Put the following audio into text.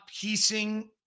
piecing